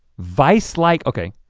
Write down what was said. vise-like, okay.